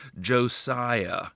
Josiah